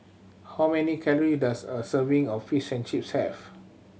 how many calorie does a serving of Fish and Chips have